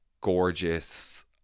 gorgeous